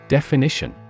Definition